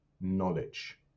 knowledge